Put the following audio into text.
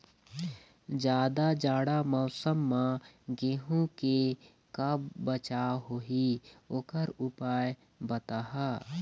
जादा जाड़ा मौसम म गेहूं के का बचाव होही ओकर उपाय बताहा?